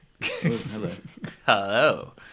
Hello